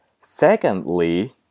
Secondly